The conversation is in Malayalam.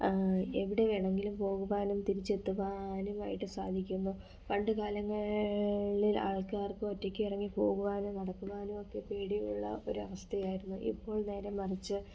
എവിടെ വേണമെങ്കിലും പോകുവാനും തിരിച്ചെത്തുവാനുമായിട്ട് സാധിക്കുന്നു പണ്ട്കാലങ്ങളിൽ ആൾക്കാർക്ക് ഒറ്റക്ക് ഇറങ്ങി പോകുവാനും നടക്കുവാനും ഒക്കെ പേടിയുള്ള ഒരവസ്ഥയായിരുന്നു ഇപ്പോൾ നേരെ മറിച്ച്